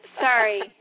sorry